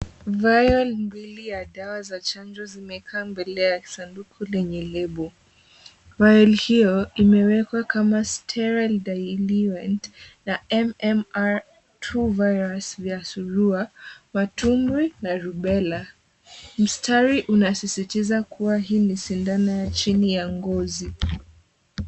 Vayol mbili ya dawa za chanjo zimekaa mbele ya sanduku lenye lebo. Vayol hiyo imewekwa kama sterile dilute end ya MMR True Virus ya surua, matumbwi na rubella. Mstari inasisitiza kuwa hii ni sindano ya chini ya ngozi.